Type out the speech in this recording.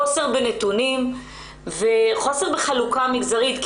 חוסר בנתונים וחוסר בחלוקה המגזרית,